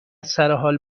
سرحال